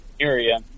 area